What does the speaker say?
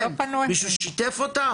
מישהו שיתף אותם?